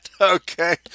Okay